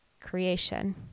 creation